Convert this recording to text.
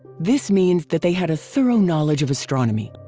this means that they had a thorough knowledge of astronomy.